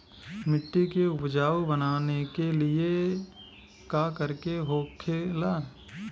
मिट्टी के उपजाऊ बनाने के लिए का करके होखेला?